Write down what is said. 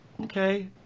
okay